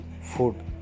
food